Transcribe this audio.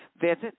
Visit